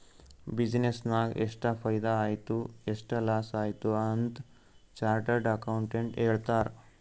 business ನಾಗ್ ಎಷ್ಟ ಫೈದಾ ಆಯ್ತು ಎಷ್ಟ ಲಾಸ್ ಆಯ್ತು ಅಂತ್ ಚಾರ್ಟರ್ಡ್ ಅಕೌಂಟೆಂಟ್ ಹೇಳ್ತಾರ್